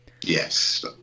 Yes